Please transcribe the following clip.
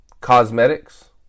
cosmetics